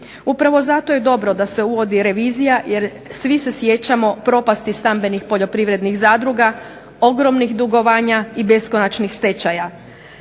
Upravo zato je dobro da se uvodi revizija jer svi se sjećamo propasti stambenih poljoprivrednih zadruga, ogromnih dugovanja i beskonačnih stečaja.